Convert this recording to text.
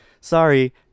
Sorry